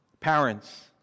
Parents